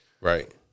Right